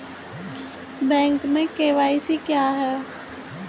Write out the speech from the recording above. Bank में KYC क्या है?